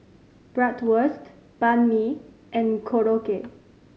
Bratwurst Banh Mi and Korokke